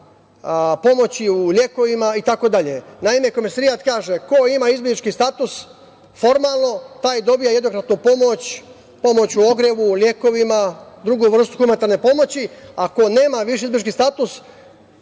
pomoći u lekovima itd. Naime, Komesarijat kaže – ko ima izbeglički status formalno taj dobija jednokratnu pomoć, pomoć u ogrevu, lekovima, drugu vrstu humanitarne pomoći, a ko nema izbeglički status